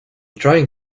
trying